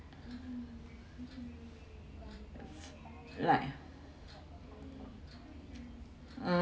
right